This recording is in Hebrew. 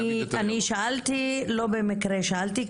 לא במקרה שאלתי,